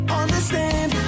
understand